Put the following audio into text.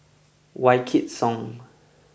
Wykidd Song